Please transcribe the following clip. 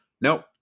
nope